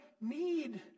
need